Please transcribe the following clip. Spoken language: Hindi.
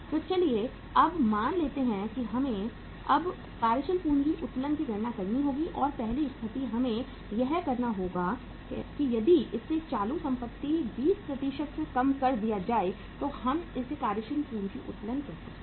तो चलिए अब मान लेते हैं कि हमें अब कार्यशील पूंजी उत्तोलन की गणना करनी होगी और पहली स्थिति हमें यह कहना होगा कि यदि इसे चालू संपत्ति 20 से कम कर दिया जाए तो हम इसे कार्यशील पूंजी उत्तोलन कह सकते हैं